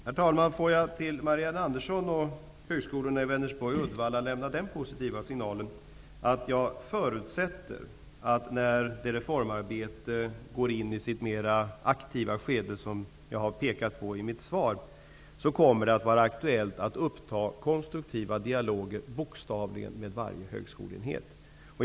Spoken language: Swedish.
Herr talman! Jag kan i alla fall ge Marianne Uddevalla följande positiva signal. När det reformarbete som jag har pekat på i mitt svar går in i sitt mera aktiva skede förutsätter jag att det kommer att bli aktuellt att bokstavligen föra konstruktiva dialoger med varje högskoleenhet.